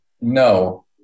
No